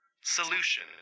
Solution